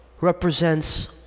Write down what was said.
represents